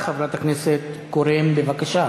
תפתח חברת הכנסת קורן, בבקשה.